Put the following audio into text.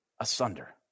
Asunder